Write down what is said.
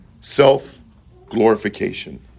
self-glorification